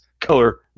Color